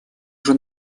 уже